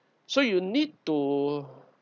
so you need to